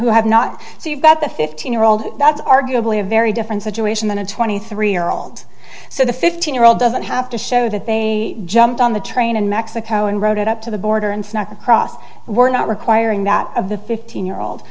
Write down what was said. who have not so you got the fifteen year old that's arguably a very different situation than a twenty three year old so the fifteen year old doesn't have to show that they jumped on the train in mexico and rode up to the border and snuck across were not requiring that of the fifteen year old